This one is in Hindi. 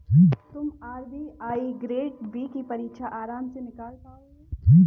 तुम आर.बी.आई ग्रेड बी की परीक्षा आराम से निकाल पाओगे